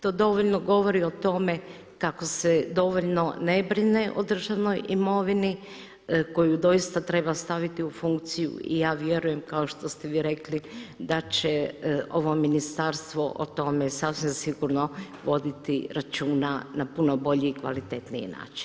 To dovoljno govori o tome kako se dovoljno ne brine o državnoj imovini koju doista treba staviti u funkciju i ja vjerujem kao što ste vi rekli da će ovo ministarstvo o tome sasvim sigurno voditi računa na puno bolji i kvalitetniji način.